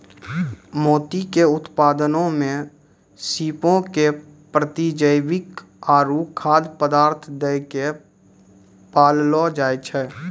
मोती के उत्पादनो मे सीपो के प्रतिजैविक आरु खाद्य पदार्थ दै के पाललो जाय छै